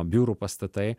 biurų pastatai